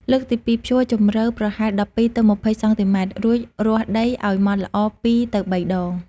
លើកទី២ ភ្ជួរជំរៅប្រហែល ១២ ទៅ ២០ សង់ទីម៉ែត្រ រួចរាស់ដីឲ្យម៉ត់ល្អ ២ ទៅ ៣ ដង។